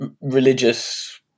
religious